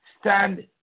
stand